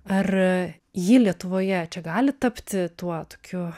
ar ji lietuvoje čia gali tapti tuo tokiu